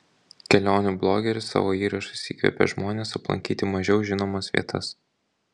kelionių blogeris savo įrašais įkvepia žmones aplankyti mažiau žinomas vietas